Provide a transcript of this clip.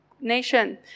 nation